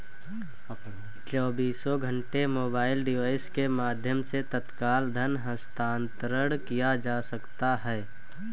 चौबीसों घंटे mobile device के माध्यम से तत्काल धन हस्तांतरण किया जा सकता है